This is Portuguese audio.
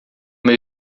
meu